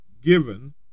given